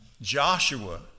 Joshua